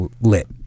lit